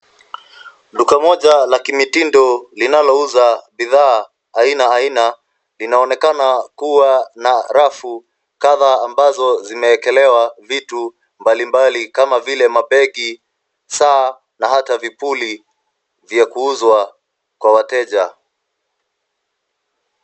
Duka moja la kimitindo linalouza bidhaa aina aina linaonekana kuwa na rafu kadhaa ambazo zimeekelewa vitu mbalimbali kama vile mabegi, saa, na hata vipuli vya kuuzwa kwa wateja.